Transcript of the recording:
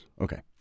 Okay